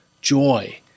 joy